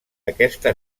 aquesta